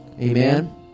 Amen